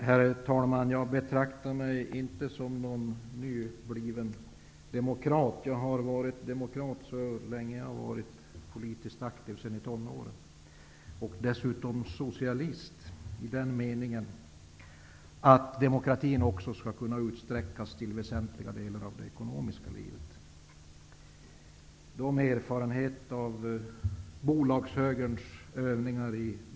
Herr talman! Jag betraktar mig inte som någon nybliven demokrat. Jag har varit demokrat så länge jag har varit politiskt aktiv, sedan i tonåren. Dessutom har jag varit socialist i den meningen att demokratin också skall kunna utsträckas till väsentliga delar av det ekonomiska livet.